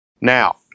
Now